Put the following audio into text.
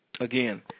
again